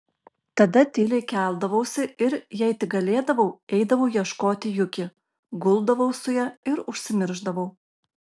tada tyliai keldavausi ir jei tik galėdavau eidavau ieškoti juki guldavau su ja ir užsimiršdavau